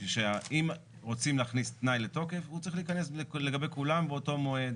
אם רוצים להכניס תנאי לתוקף הוא צריך להיכנס לגבי כולם באותו מועד.